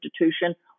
institution